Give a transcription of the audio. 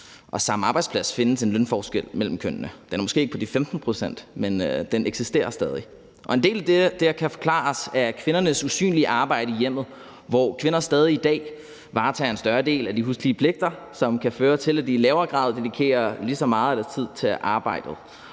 samme arbejdsplads findes en lønforskel mellem kønnene; den er måske ikke på de 15 pct., men den eksisterer stadig væk. En del af det kan forklares af kvindernes usynlige arbejde i hjemmet, hvor kvinder stadig i dag varetager en større del af de huslige pligter, hvilket kan føre til, at de i lavere grad dedikerer lige så meget af deres tid til arbejdet